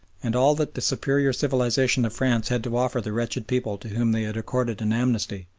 and all that the superior civilisation of france had to offer the wretched people to whom they had accorded an amnesty,